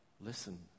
Listen